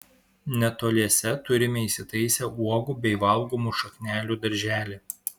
netoliese turime įsitaisę uogų bei valgomų šaknelių darželį